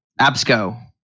Absco